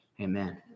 Amen